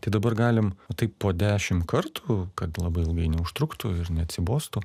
tai dabar galim taip po dešim kartų kad labai ilgai neužtruktų ir neatsibostų